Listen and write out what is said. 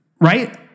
right